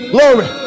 Glory